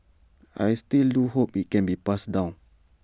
I still do hope IT can be passed down